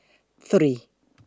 three